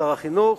שר החינוך,